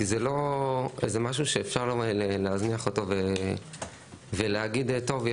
כי זה לא משהו שאפשר להזניח אותו ולהגיד טוב,